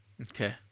Okay